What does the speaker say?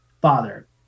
father